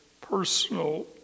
personal